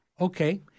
Okay